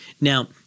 Now